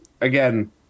again